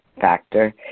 factor